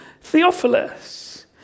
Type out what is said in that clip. Theophilus